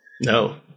no